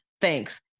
thanks